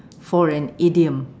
for an idiom